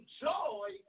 joy